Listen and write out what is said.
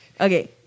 Okay